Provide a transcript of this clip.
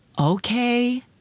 okay